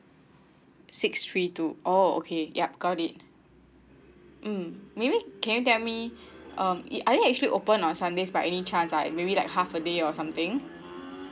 six three two oh okay yup got it mm maybe can you tell me um it are you actually open on sundays by any chance like maybe like half a day or something